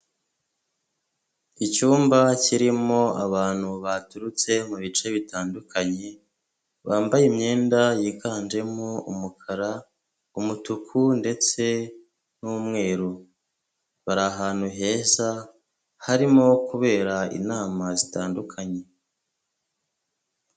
Icyumba kirimo abantu baturutse mu bice bitandukanye bambaye imyenda yiganjemo umukara, umutuku, ndetse n'umweru bari ahantu heza harimo kubera inama zitandukanye.